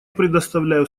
предоставляю